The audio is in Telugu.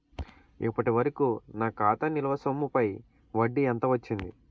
ఇప్పటి వరకూ నా ఖాతా నిల్వ సొమ్ముపై వడ్డీ ఎంత వచ్చింది?